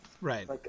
right